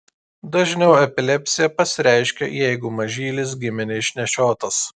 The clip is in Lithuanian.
dažniau epilepsija pasireiškia jeigu mažylis gimė neišnešiotas